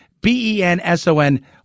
B-E-N-S-O-N